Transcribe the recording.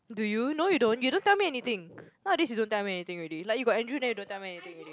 do you know you don't you don't tell me anything nowadays you don't tell me anything already like you got Andrew you don't tell me anything already